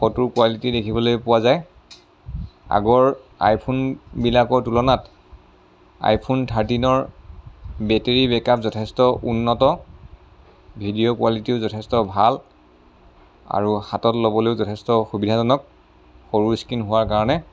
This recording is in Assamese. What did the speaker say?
ফটোৰ কোৱালিটি দেখিবলৈ পোৱা যায় আগৰ আইফোনবিলাকৰ তুলনাত আইফোন থাৰ্টিনৰ বেটেৰী বেক আপ যথেষ্ট উন্নত ভিডিঅ' কোৱালিটিও যথেষ্ট ভাল আৰু হাতত ল'বলৈও যথেষ্ট সুবিধাজনক সৰু স্কিন হোৱাৰ কাৰণে